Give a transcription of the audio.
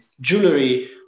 jewelry